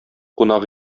кунак